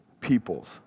peoples